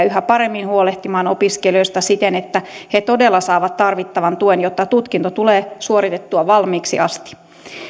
yhä paremmin huolehtimaan opiskelijoista siten että he todella saavat tarvittavan tuen jotta tutkinto tulee suoritettua valmiiksi asti